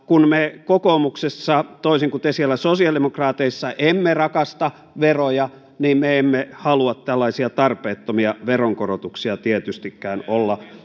kun me kokoomuksessa toisin kuin te siellä sosiaalidemokraateissa emme rakasta veroja niin me emme halua tällaisia tarpeettomia veronkorotuksia tietystikään olla